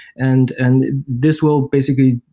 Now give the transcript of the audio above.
and and this will basically